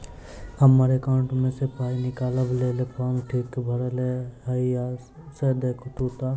हम्मर एकाउंट मे सऽ पाई निकालबाक लेल फार्म ठीक भरल येई सँ देखू तऽ?